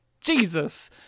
Jesus